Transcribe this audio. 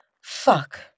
Fuck